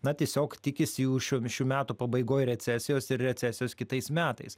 na tiesiog tikisi jau šių šių metų pabaigoj recesijos ir recesijos kitais metais